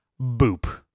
Boop